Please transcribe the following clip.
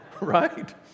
Right